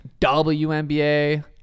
WNBA